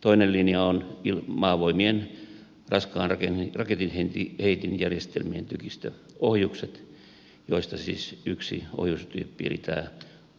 toinen linja ovat maavoimien raskaan raketinheitinjärjestelmän tykistöohjukset joista siis yhden ohjustyypin eli näiden